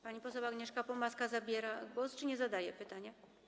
Pani poseł Agnieszka Pomaska zabiera głos czy nie zadaje pytania?